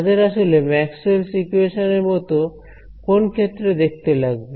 তাদের আসল Maxwell's equations Maxwell's equations এর মত কোন ক্ষেত্রে দেখতে লাগবে